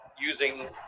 using